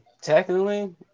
technically